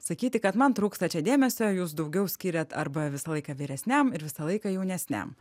sakyti kad man trūksta čia dėmesio jūs daugiau skiriat arba visą laiką vyresniam ir visą laiką jaunesniam